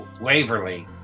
Waverly